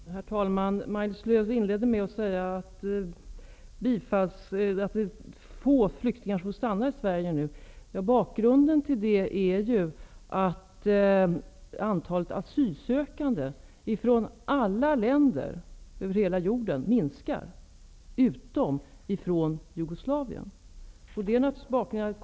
Herr talman! Maj-Lis Lööw inledde med att säga att det är så få flyktingar som nu får stanna i Sverige. Bakgrunden till detta är att antalet asylsökande från alla länder över hela jorden minskar utom när det gäller asylsökande från Jugoslavien.